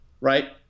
right